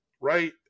right